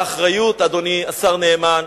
אדוני השר נאמן,